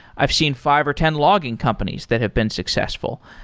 i've seen five or ten logging companies that have been successful.